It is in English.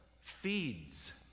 feeds